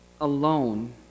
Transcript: alone